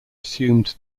assumed